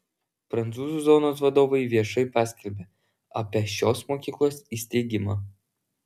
prancūzų zonos vadovai viešai paskelbė apie šios mokyklos įsteigimą